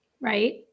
right